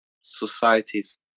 societies